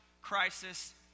crisis